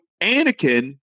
anakin